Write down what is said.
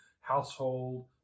household